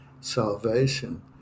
salvation